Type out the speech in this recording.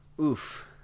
Oof